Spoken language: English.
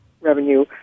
revenue